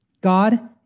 God